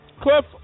Cliff